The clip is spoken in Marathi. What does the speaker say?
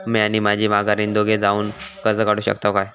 म्या आणि माझी माघारीन दोघे जावून कर्ज काढू शकताव काय?